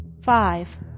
five